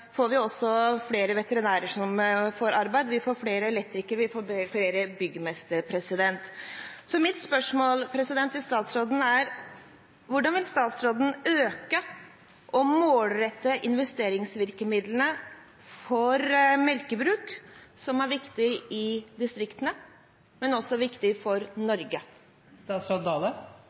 får vi også flere veterinærer i arbeid, vi får flere elektrikere og flere byggmestre. Mitt spørsmål til statsråden er: Hvordan vil statsråden øke og målrette investeringsvirkemidlene for melkebruk, som er viktig i distriktene, men også viktig for Norge?